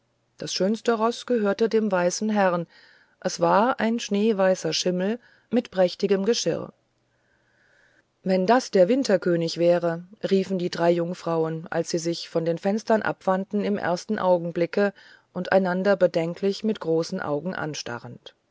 das schönste roß gehörte dem weißen herrn es war ein schneeweißer schimmel mit prächtigem geschirr wenn das der winterkönig wäre riefen die drei jungfrauen als sie sich von den fenstern abwandten im ersten augenblicke und einander bedenklich mit großen augen anstarrend